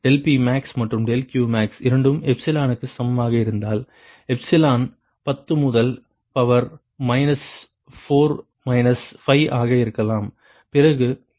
∆Pmax மற்றும் ∆Qmax இரண்டும் எப்சிலனுக்குச் சமமாக இருந்தால் எப்சிலான் 10 முதல் பவர் மைனஸ் 4 மைனஸ் 5 ஆக இருக்கலாம் பிறகு ஒருங்கிணைக்கப்பட்ட தீர்வாகும்